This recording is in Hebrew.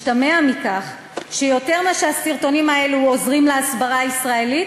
משתמע מכך שיותר משהסרטונים האלו עוזרים להסברה הישראלית,